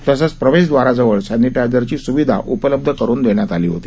तसंच प्रवेशदवारावरच सॅनिटायझरची स्विधा उपलब्ध करून देण्यात आली होती